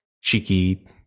cheeky